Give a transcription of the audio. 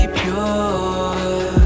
pure